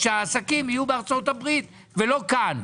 שהעסקים יהיו בארצות הברית ולא כאן.